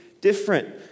different